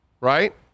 right